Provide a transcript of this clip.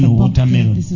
watermelon